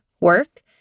work